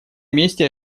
месте